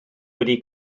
wedi